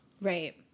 Right